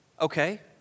Okay